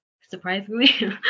Surprisingly